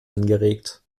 angeregt